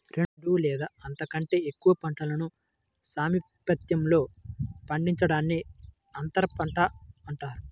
రెండు లేదా అంతకంటే ఎక్కువ పంటలను సామీప్యతలో పండించడాన్ని అంతరపంట అంటారు